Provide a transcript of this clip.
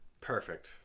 Perfect